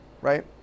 right